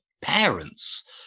parents